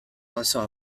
also